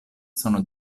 sono